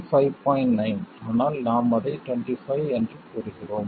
9 ஆனால் நாம் அதை 25 என்று கூறுகிறோம்